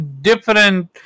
different